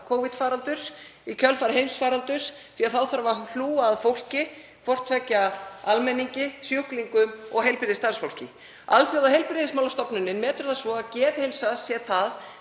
Covid-faraldurs, í kjölfar heimsfaraldurs, því að þá þarf að hlúa að fólki, hvort tveggja almenningi, sjúklingum og heilbrigðisstarfsfólki. Alþjóðaheilbrigðismálastofnunin metur það svo að geðheilsa sé það